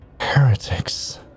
Heretics